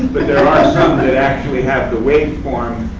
but there are some that actually have the waveform.